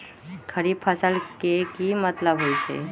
खरीफ फसल के की मतलब होइ छइ?